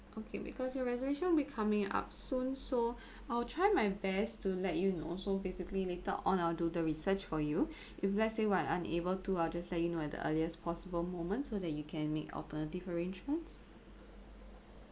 okay because your reservation will be coming up soon so I'll try my best to let you know so basically later on I'll do the research for you if let's say what unable to I'll just let you know at the earliest possible moment so that you can make alternative arrangements